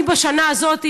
אני בשנה הזאת,